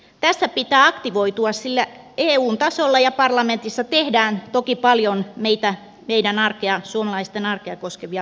tässä pitää aktivoitua sillä eun tasolla ja parlamentissa tehdään toki paljon meitä meidän arkeamme suomalaisten arkea koskevia päätöksiä